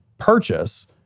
purchase